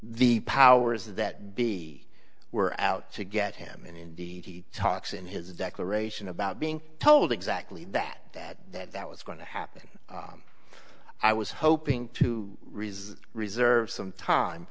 the powers that be were out to get him and he talks in his declaration about being told exactly that that that that was going to happen i was hoping to resign reserve some time